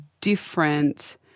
different